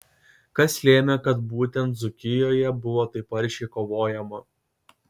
kas lėmė kad būtent dzūkijoje buvo taip aršiai kovojama